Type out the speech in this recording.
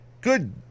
Good